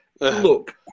Look